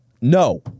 No